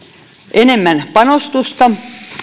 enemmän panostusta